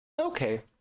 okay